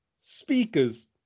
speakers